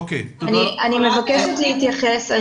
אני מבקשת להתייחס.